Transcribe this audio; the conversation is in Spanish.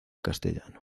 castellano